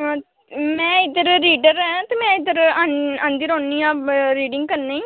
में इद्धर रीडर ऐं ते में इद्धर आं औंदी रौह्न्नी आं रीडिंग करने ईं